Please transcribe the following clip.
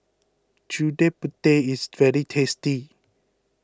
Gudeg Putih is very tasty